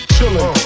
Chilling